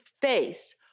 face